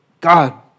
God